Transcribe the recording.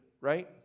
right